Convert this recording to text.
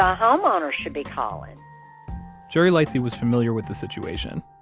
um homeowner should be calling jerry lightsey was familiar with the situation.